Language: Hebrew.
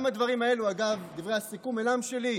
גם הדברים האלה, אגב, דברי הסיכום, אינם שלי,